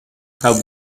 how